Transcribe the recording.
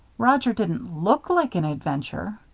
roger didn't look like an adventure.